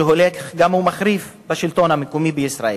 שגם הולך ומחריף, בשלטון המקומי בישראל.